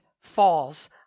falls